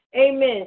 Amen